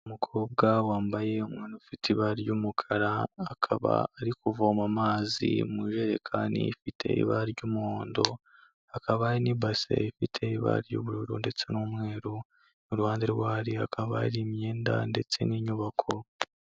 Umukobwa wambaye umwenda ufite ibara ry'umukara, akaba ari kuvoma amazi mu ijerekani ifite ibara ry'umuhondo, hakaba n'ibase ifite ibara ry'ubururu ndetse n'umweru iruhande rwe hakaba hari imyenda ndetse n'inyubako.